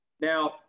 Now